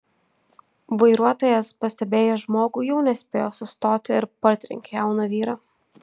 vairuotojas pastebėjęs žmogų jau nespėjo sustoti ir partrenkė jauną vyrą